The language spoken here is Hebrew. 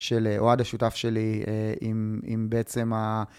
של אוהד השותף שלי אה... עם בעצם ה...